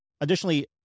Additionally